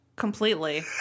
completely